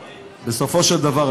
בסופו של דבר,